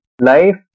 life